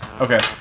Okay